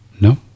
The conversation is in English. No